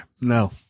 No